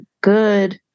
good